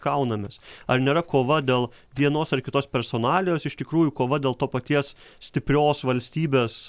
kaunamės ar nėra kova dėl vienos ar kitos personalijos iš tikrųjų kova dėl to paties stiprios valstybės